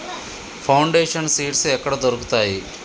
Foundation seeds ఎక్కడ దొరుకుతాయి?